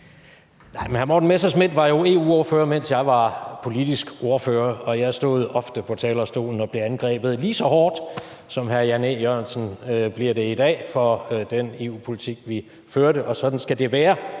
hr. Morten Messerschmidt var jo EU-ordfører, mens jeg var politisk ordfører, og jeg stod ofte på talerstolen og blev angrebet lige så hårdt, som hr. Jan E. Jørgensen bliver det i dag, for den EU-politik, vi førte. Og sådan skal det være.